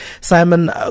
Simon